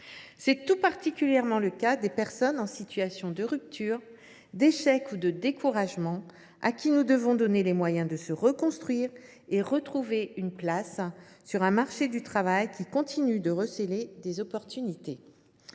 C’est tout particulièrement le cas des personnes en situation de rupture, d’échec ou de découragement, à qui nous devons donner les moyens de se reconstruire et de retrouver une place sur un marché du travail qui continue de receler des potentialités.